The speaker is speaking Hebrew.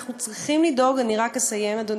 אנחנו צריכים לדאוג, רק אסיים, אדוני,